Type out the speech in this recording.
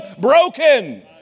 broken